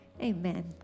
Amen